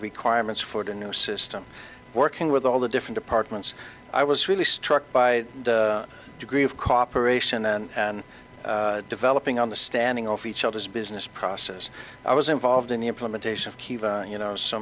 require ments for the new system working with all the different departments i was really struck by the degree of cooperation and developing on the standing off each other's business process i was involved in the implementation of key you know so